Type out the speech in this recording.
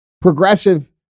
progressive